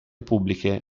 pubbliche